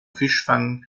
fischfang